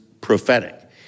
prophetic